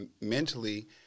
mentally